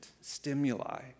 stimuli